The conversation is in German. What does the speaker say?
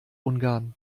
ungarn